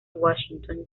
washington